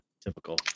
typical